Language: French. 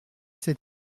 sept